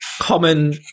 common